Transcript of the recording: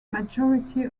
majority